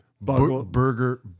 burger